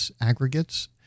aggregates